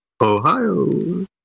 Ohio